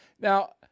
Now